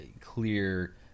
clear